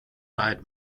side